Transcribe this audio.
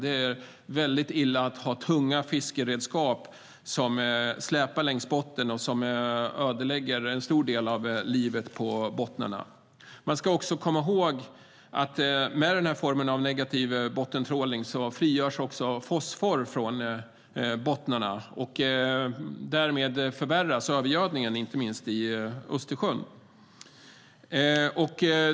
Det är inte bra med tunga fiskeredskap som släpar längs botten och ödelägger en stor del av livet där. Med denna form av negativ bottentrålning frigörs också fosfor från bottnarna. Därmed förvärras övergödningen, inte minst i Östersjön.